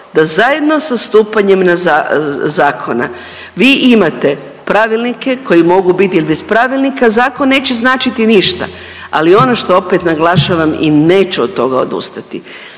da zajedno sa stupanjem na za…, zakona vi imate pravilnike koji mogu biti jel bez pravilnika zakon neće značiti ništa, ali ono što opet naglašavam i neću od toga odustati,